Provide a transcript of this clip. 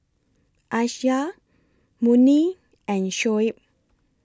Aisyah Murni and Shoaib